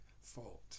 fault